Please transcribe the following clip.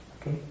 Okay